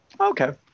okay